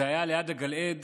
זה היה ליד הגלעד